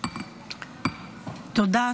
תודה.